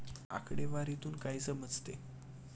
आकडेवारीतून काय समजते?